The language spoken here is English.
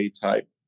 type